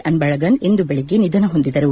ಅನ್ಸಳಗನ್ ಇಂದು ಬೆಳಗ್ಗೆ ನಿಧನ ಹೊಂದಿದರು